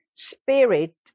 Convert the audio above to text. spirit